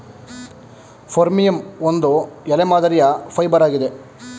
ಫರ್ಮಿಯಂ ಒಂದು ಎಲೆ ಮಾದರಿಯ ಫೈಬರ್ ಆಗಿದೆ